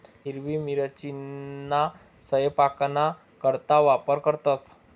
हिरवी मिरचीना सयपाकना करता वापर करतंस